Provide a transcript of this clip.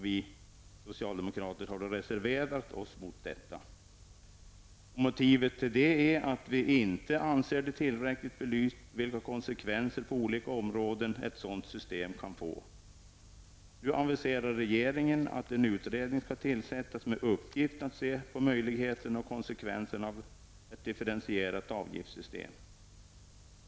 Vi socialdemokrater har reserverat oss mot detta. Motivet till detta är att vi inte anser det tillräckligt belyst vilka konsekvenser på olika områden ett sådant system kan få. Nu aviserar regeringen att en utredning skall tillsättas med uppgift att se på möjligheterna för ett differentierat avgiftssystem och dess konsekvenser.